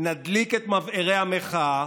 נדליק את מבערי המחאה,